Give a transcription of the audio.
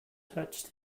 touched